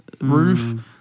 roof